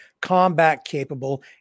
combat-capable